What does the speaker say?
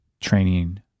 training